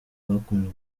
bakunzwe